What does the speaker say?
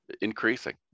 increasing